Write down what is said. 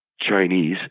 Chinese